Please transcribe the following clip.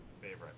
Favorite